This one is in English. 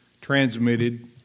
transmitted